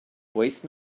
waste